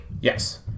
Yes